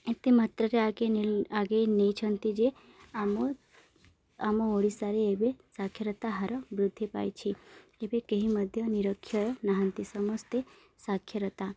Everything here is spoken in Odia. ଏତେ ମାତ୍ରାରେ ଆଗେ ଆଗେଇ ନେଇଛନ୍ତି ଯେ ଆମ ଆମ ଓଡ଼ିଶାରେ ଏବେ ସ୍ଵାକ୍ଷରତା ହାର ବୃଦ୍ଧି ପାଇଛି ଏବେ କେହି ମଧ୍ୟ ନିରକ୍ଷର ନାହାଁନ୍ତି ସମସ୍ତେ ସ୍ଵାକ୍ଷରତା